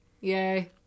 Yay